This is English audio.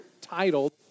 titled